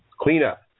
cleanup